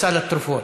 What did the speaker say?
סל התרופות.